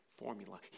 formula